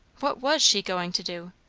what was she going to do?